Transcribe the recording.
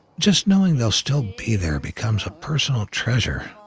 just knowing they'll still be there becomes a personal treasure,